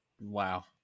wow